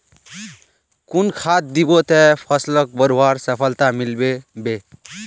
कुन खाद दिबो ते फसलोक बढ़वार सफलता मिलबे बे?